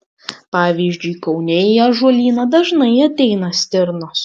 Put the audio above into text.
pavyzdžiui kaune į ąžuolyną dažnai ateina stirnos